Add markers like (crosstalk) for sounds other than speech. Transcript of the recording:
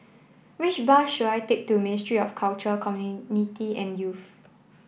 which bus should I take to Ministry of Culture (unintelligible) and Youth